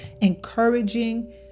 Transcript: encouraging